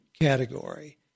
category